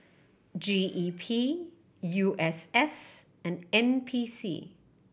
G E P U S S and N P C